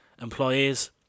employees